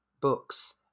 books